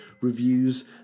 reviews